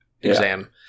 exam